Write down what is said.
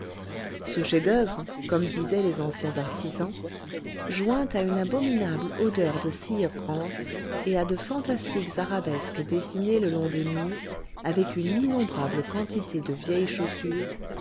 ce chef-d'oeuvre comme disaient les anciens artisans joint à une abominable odeur de cire rance et à de fantastiques arabesques dessinées le long des murs avec une innombrable quantité de vieilles chaussures